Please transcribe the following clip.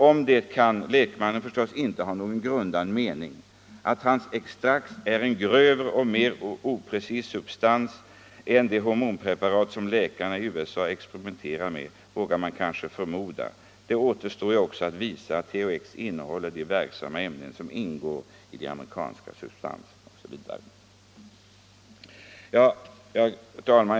Om det kan lekmannen förstås inte ha någon grundad mening. Att hans extrakt är en grövre och mer oprecis substans än de hormonpreparat som läkarna i USA experimenterar med, vågar man kanske förmoda. Det återstår ju också att visa att THX innehåller de verksamma ämnen som ingår i de amerikanska substanserna Herr talman!